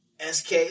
SK